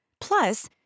Plus